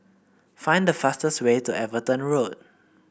find the fastest way to Everton Road